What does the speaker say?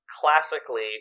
classically